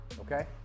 Okay